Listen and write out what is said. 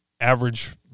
average